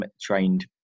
trained